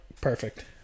perfect